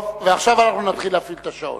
טוב, ועכשיו אנחנו נתחיל להפעיל את השעון.